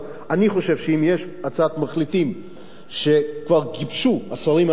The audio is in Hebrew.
אני חושב שאם יש הצעת מחליטים שכבר גיבשו השרים האחרים,